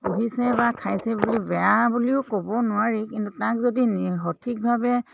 পুহিছে বা খাইছে বুলি বেয়া বুলিও ক'ব নোৱাৰি কিন্তু তাক যদি সঠিকভাৱে